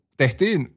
tehtiin